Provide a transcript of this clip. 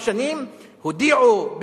עכשיו,